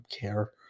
care